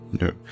No